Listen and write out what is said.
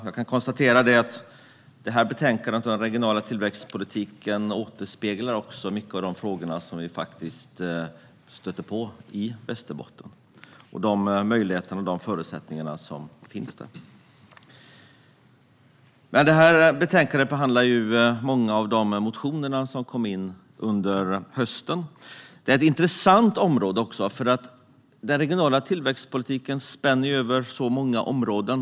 Jag kan konstatera att det här betänkandet om den regionala tillväxtpolitiken återspeglar många av de frågor som vi stötte på i Västerbotten och de möjligheter och förutsättningar som finns där. Detta betänkande behandlar många av de motioner som kom in under hösten. Det är ett intressant område, för den regionala tillväxtpolitiken spänner över många områden.